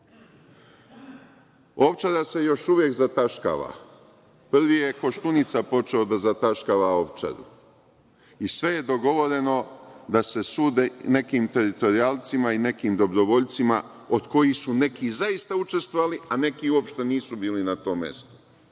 Ovčara se još uvek zataškava. Prvi je Koštunica počeo da zataškava Ovčaru i sve je dogovoreno da se sude nekim teritorijalcima i nekim dobrovoljcima od kojih su neki zaista učestvovali, a neki uopšte nisu bili na tom mestu